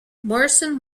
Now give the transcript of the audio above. morrison